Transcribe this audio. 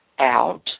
out